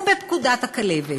ובפקודת הכלבת,